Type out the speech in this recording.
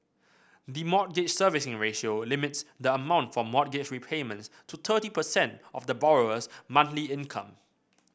the Mortgage Servicing Ratio limits the amount for mortgage repayments to thirty percent of the borrower's monthly income